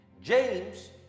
James